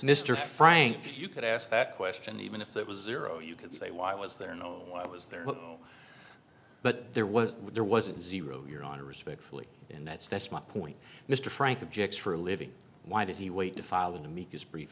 mr frank you could ask that question even if it was there or you could say why was there no why was there but there was there wasn't zero your honor respectfully and that's that's my point mr frank objects for a living why did he wait to file an amicus brief